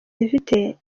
zifite